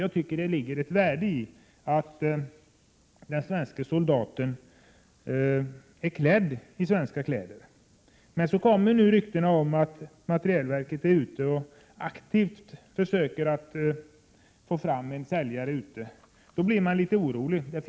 Jag tycker att det ligger ett värde i att den svenske soldaten är klädd T3 i svenska kläder. Men nu kommer rykten om att materielverket aktivt försöker finna en säljare. Då blir man litet orolig.